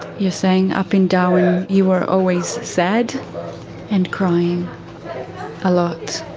you're saying up in darwin you were always sad and crying a lot.